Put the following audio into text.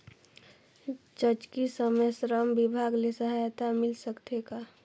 जचकी समय श्रम विभाग ले सहायता मिल सकथे का?